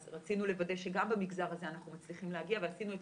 אז רצינו לוודא שגם במגזר הזה אנחנו מצליחים להגיע ועשינו את